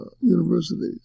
universities